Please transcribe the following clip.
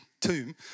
tomb